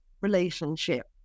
relationship